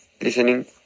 listening